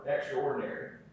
extraordinary